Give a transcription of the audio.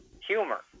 humor